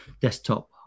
desktop